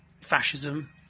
fascism